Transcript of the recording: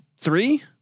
three